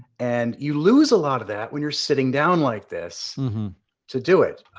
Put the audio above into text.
and you lose a lot of that when you're sitting down like this to do it.